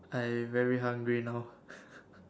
I very hungry now